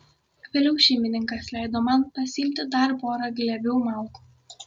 vėliau šeimininkas leido man pasiimti dar porą glėbių malkų